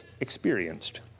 experienced